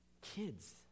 Kids